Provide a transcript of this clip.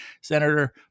Senator